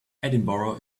edinburgh